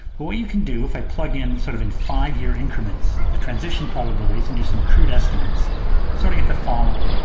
what you can do, if i plug in, sort of, in five year increments, the transition probabilities, and do some crude estimates, you sort of get the following.